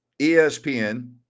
ESPN